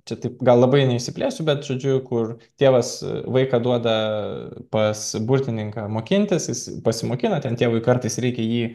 čia taip gal labai neišsiplėsiu bet žodžiu kur tėvas vaiką duoda pas burtininką mokintis jis pasimokina ten tėvui kartais reikia jį